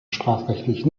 strafrechtlich